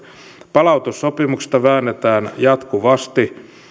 palautussopimuksista väännetään jatkuvasti